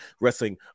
wrestling